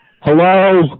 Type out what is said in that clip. Hello